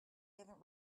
haven’t